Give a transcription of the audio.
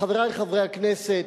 חברי חברי הכנסת,